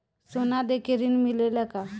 सोना देके ऋण मिलेला का?